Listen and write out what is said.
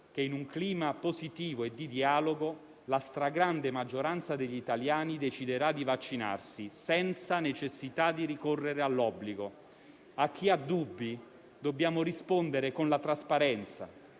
che in un clima positivo e di dialogo la stragrande maggioranza degli italiani deciderà di vaccinarsi senza necessità di ricorrere all'obbligo. A chi ha dubbi dobbiamo rispondere con la trasparenza,